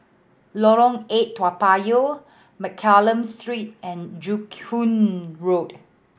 Lorong Eight Toa Payoh Mccallum Street and Joo Koon Road